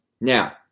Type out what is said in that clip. Now